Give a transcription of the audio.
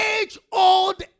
age-old